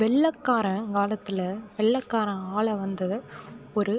வெள்ளைக்காரன் காலத்தில் வெள்ளைக்காரன் ஆளவந்தது ஒரு